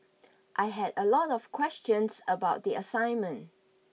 I had a lot of questions about the assignment